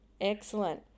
excellent